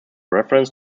reference